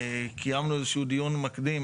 קיימנו איזשהו דיון מקדים,